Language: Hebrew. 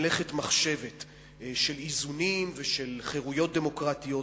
מלאכת מחשבת של איזונים ושל חירויות דמוקרטיות,